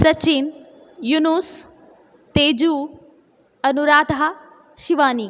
Sachin Yunus Teju Anuradha Shivani